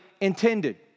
intended